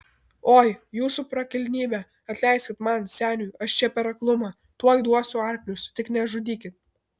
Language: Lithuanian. oi jūsų prakilnybe atleiskit man seniui aš čia per aklumą tuoj duosiu arklius tik nežudykit